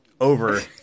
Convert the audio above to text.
Over